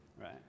Right